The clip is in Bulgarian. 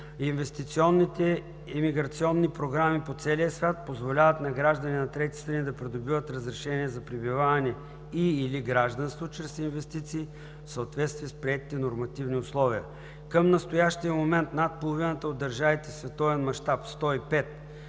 Инвестиционните имиграционни програми по целия свят позволяват на граждани на трети страни да придобиват разрешение за пребиваване и/или гражданство чрез инвестиции в съответствие с приети нормативни условия. Към настоящия момент над половината от държавите в световен мащаб – 105,